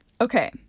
Okay